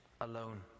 alone